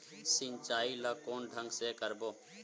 सिंचाई ल कोन ढंग से करबो?